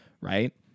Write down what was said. right